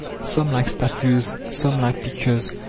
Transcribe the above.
some like statues, some like pictures.